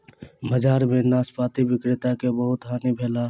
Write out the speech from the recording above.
बजार में नाशपाती विक्रेता के बहुत हानि भेल